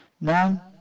now